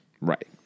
Right